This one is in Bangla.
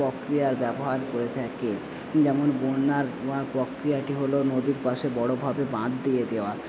প্রক্রিয়ার ব্যবহার করে থাকে যেমন বন্যার প্রক্রিয়াটি হলো নদীর পাশে বড়োভাবে বাঁধ দিয়ে দেওয়া